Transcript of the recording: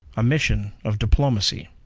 a mission of diplomacy.